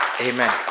Amen